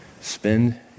Spend